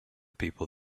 people